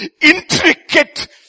intricate